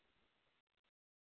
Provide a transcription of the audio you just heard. charger सही है ना